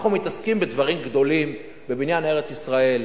אנחנו מתעסקים בדברים גדולים, בבניין ארץ-ישראל.